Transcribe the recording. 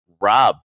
Rob